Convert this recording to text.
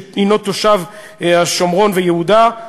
שהוא תושב השומרון ויהודה,